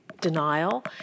denial